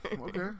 Okay